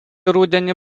rudenį